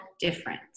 different